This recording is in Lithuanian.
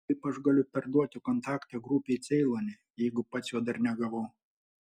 kaip aš galiu perduoti kontaktą grupei ceilone jeigu pats jo dar negavau